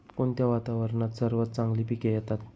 कोणत्या वातावरणात सर्वात चांगली पिके येतात?